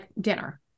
dinner